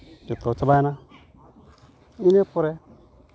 ᱡᱚᱛᱚ ᱪᱟᱵᱟᱭᱮᱱᱟ ᱤᱱᱟᱹ ᱯᱚᱨᱮ